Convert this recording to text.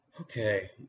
Okay